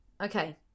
Okay